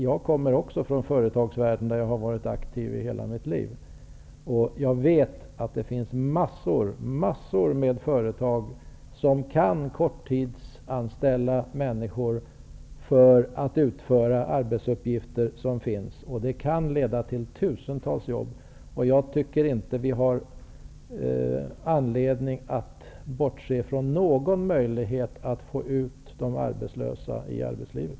Jag kommer också från företagsvärlden där jag har varit aktiv i hela mitt liv. Jag vet att det finns massor av företag som kan korttidsanställa människor för att utföra arbetsuppgifter som finns. Det kan leda till tusentals nya jobb. Jag tycker inte att vi har anledning att bortse från någon möjlighet att få ut de arbetslösa i arbetslivet.